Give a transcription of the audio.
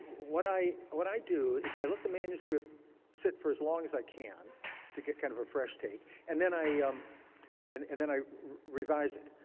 what i what i do is i let the manuscript sit for as long as i can to get kind of a fresh take. and then i um and and then i revise it.